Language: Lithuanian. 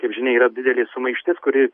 kaip žinia yra didelė sumaištis kuri